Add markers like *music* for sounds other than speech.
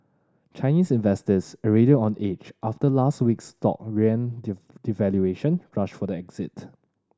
Chinese investors already on edge after last week's shock yuan *unintelligible* devaluation rushed for the exit